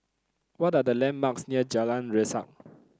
what are the landmarks near Jalan Resak